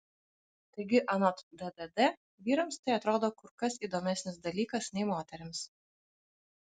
taigi anot ddd vyrams tai atrodo kur kas įdomesnis dalykas nei moterims